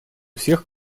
всех